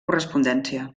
correspondència